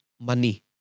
money